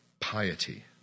piety